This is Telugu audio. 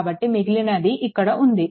కాబట్టి మిగిలినది ఇక్కడ ఉంది